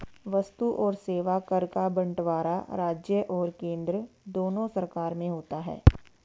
वस्तु और सेवा कर का बंटवारा राज्य और केंद्र दोनों सरकार में होता है